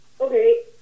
Okay